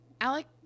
Alec